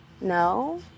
No